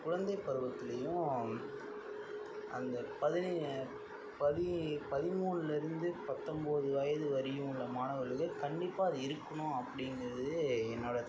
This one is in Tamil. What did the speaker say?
குழந்தை பருவத்துலையும் அந்த பதின பதிமூனில் இருந்து பத்தொம்போது வயது வரையும் உள்ள மாணவர்களுக்கு கண்டிப்பாக அது இருக்கணும் அப்படிங்கிறது என்னோட கருத்து